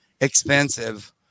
expensive